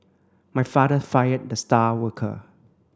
my father fired the star worker